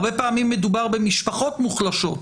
הרבה פעמים מדובר במשפחות מוחלשות,